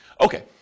Okay